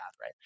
right